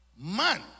man